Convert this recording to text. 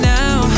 now